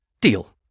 Deal